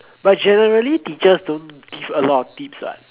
but generally teachers don't give a lot of tips what